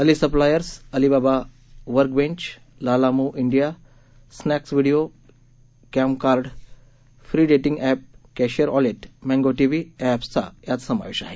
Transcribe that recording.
Ali Suppliers Alibaba workbench Lalamove डिया Snack Video CamCard free dating app cashier wallet Mango TV या एप्सचा यात समावेश आहे